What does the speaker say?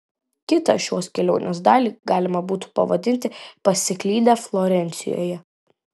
kitą šios kelionės dalį galima būtų pavadinti pasiklydę florencijoje